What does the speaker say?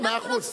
מאה אחוז.